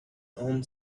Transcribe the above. aunt